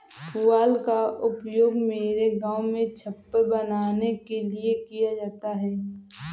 पुआल का उपयोग मेरे गांव में छप्पर बनाने के लिए किया जाता है